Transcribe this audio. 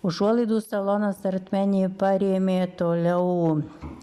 užuolaidų salonas artmenė parėmė toliau